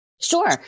Sure